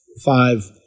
five